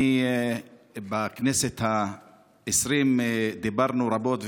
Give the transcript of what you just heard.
בכנסת העשרים דיברנו רבות,